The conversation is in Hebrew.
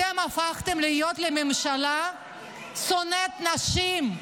אתם הפכתם להיות ממשלה שונאת נשים.